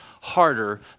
harder